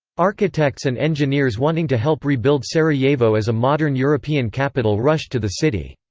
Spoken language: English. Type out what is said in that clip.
architects and engineers wanting to help rebuild sarajevo as a modern european capital rushed to the city.